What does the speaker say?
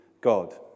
God